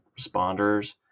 responders